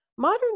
Modern